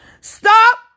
Stop